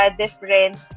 different